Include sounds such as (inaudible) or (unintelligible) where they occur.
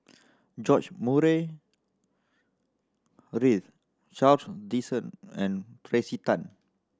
George Murray Reith Charles (unintelligible) and Tracey Tan